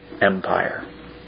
Empire